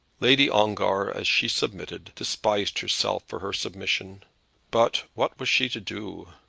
lady ongar, as she submitted, despised herself for her submission but what was she to do?